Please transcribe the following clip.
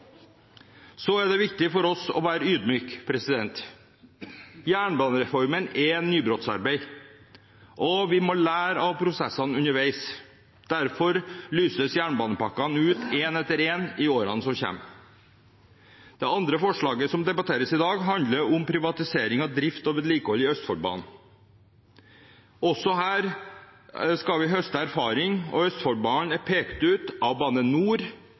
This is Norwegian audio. Så er det viktig for oss å være ydmyke. Jernbanereformen er nybrottsarbeid, og vi må lære av prosessene underveis. Derfor lyses jernbanepakkene ut én etter én i årene som kommer. Det andre forslaget som debatteres i dag, handler om privatisering og drift og vedlikehold på Østfoldbanen. Også her skal vi høste erfaring, og Østfoldbanen er pekt ut av Bane NOR